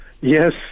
Yes